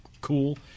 cool